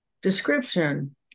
description